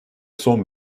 son